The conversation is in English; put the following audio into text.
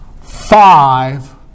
five